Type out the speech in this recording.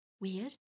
weird